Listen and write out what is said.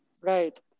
Right